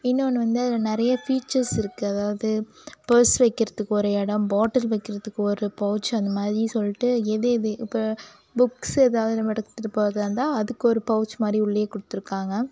இன்னொன்று வந்து அதில் நிறைய ஃபீச்சர்ஸ் இருக்குது அதாவது பேர்ஸ் வைக்கிறதுக்கு ஒரு இடம் பாட்டில் வைக்கிறதுக்கு ஒரு பௌச் அந்த மாதிரி சொல்லிட்டு எது எது இப்போ புக்ஸ் எதாவது நம்ம எடுத்துப் போகிறதா இருந்தால் அதுக்கு ஒரு பௌச் மாதிரி உள்ளே கொடுத்துருக்காங்க